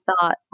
thought